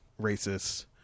racists